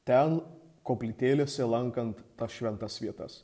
ten koplytėlėse lankant šventas vietas